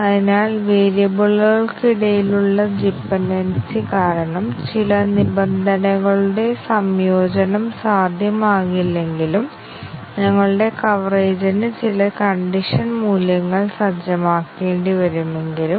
എന്നാൽ 4 ലൈനുകൾ 5 ലൈനുകൾ എന്നിവ പോലുള്ള വളരെ ചെറിയ പ്രോഗ്രാമുകൾക്ക് നമുക്ക് 100 ശതമാനം സ്റ്റേറ്റ്മെന്റ് കവറേജ് ലഭിക്കുന്ന തരത്തിൽ നൽകേണ്ട മൂല്യങ്ങൾ എന്താണെന്ന് കണ്ടെത്താൻ കഴിയും